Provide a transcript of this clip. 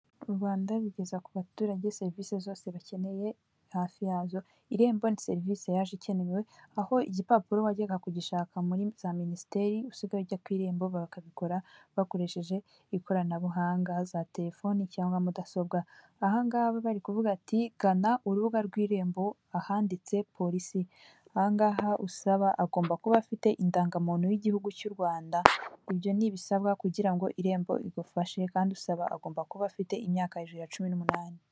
U Rwanda rugeza ku baturage serivisi zose bakeneye hafi yazo irembo na serivisi yaje ikenewe aho igipapuro wajyaga kugishaka muri za minisiteri usigayejya ku irembo bakabikora bakoresheje ikoranabuhanga za telefoni cyangwa mudasobwa. Aha ngaha bari kuvuga ati gana hano urubuga rw'irembo ahanditse polisi, aha ngaha usaba agomba kuba afite indangamuntu y'igihugu cy'u Rwanda ibyo nibisabwa kugira ngo irembo rigufashe kandi usaba agomba kuba afite imyaka iri hejuru ya cumi n'umunani.